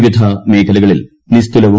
വിവിധ മേഖലകളിൽ നിസ്തുലക്കും